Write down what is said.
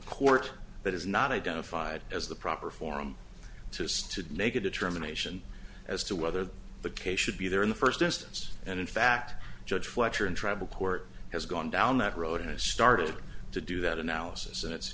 court that is not identified as the proper forum to stood naked determination as to whether the case should be there in the first instance and in fact judge fletcher and tribal court has gone down that road and i started to do that analysis and it's